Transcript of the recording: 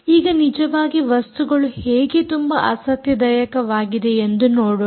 ಈಗ ನಿಜವಾಗಿ ವಸ್ತುಗಳು ಹೇಗೆ ತುಂಬಾ ಆಸಕ್ತಿದಾಯಕವಾಗಿದೆ ಎಂದು ನೋಡೋಣ